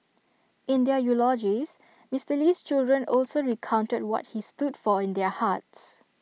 in their eulogies Mister Lee's children also recounted what he stood for in their hearts